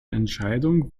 entscheidung